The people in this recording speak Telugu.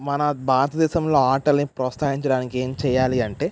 మన భారతదేశంలో ఆటలని ప్రోత్సహించడానికి ఎం చెయ్యాలి అంటే